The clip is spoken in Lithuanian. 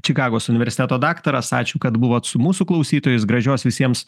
čikagos universiteto daktaras ačiū kad buvot su mūsų klausytojais gražios visiems